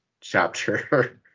chapter